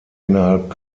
innerhalb